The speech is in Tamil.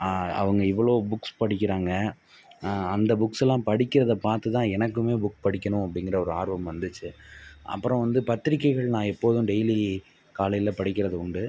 அவங்க இவ்வளோ புக்ஸ் படிக்கிறாங்க அந்த புக்ஸுலாம் படிக்கிறத பார்த்து தான் எனக்குமே புக் படிக்கணும் அப்படிங்கிற ஒரு ஆர்வம் வந்துச்சு அப்புறம் வந்து பத்திரிக்கைகள் நான் எப்போதும் டெய்லி காலையில் படிக்கிறது உண்டு